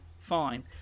fine